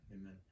amen